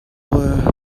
were